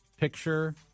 picture